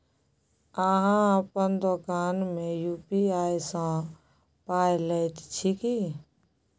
अहाँ अपन दोकान मे यू.पी.आई सँ पाय लैत छी की?